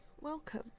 welcome